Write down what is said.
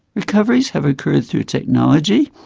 recoveries have occurred through technology,